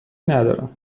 ندارم